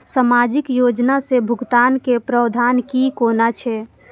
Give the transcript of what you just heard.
सामाजिक योजना से भुगतान के प्रावधान की कोना छै?